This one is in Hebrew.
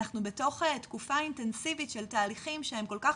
אנחנו בתוך תקופה אינטנסיבית של תהליכים שהם כל כך